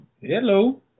Hello